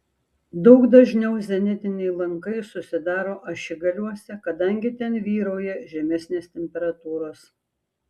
daug dažniau zenitiniai lankai susidaro ašigaliuose kadangi ten vyrauja žemesnės temperatūros